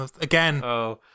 again